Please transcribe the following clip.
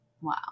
Wow